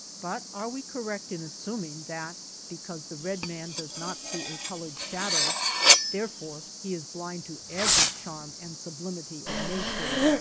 but are we correct in assuming that because the red man does not see a colored shadow therefore he is blind to every charm and sub limity of nature?